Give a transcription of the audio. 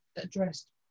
addressed